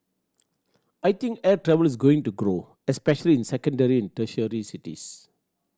I think air travel is going to grow especially in secondary and tertiary cities